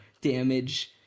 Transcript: damage